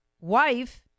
wife